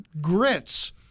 grits